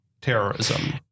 terrorism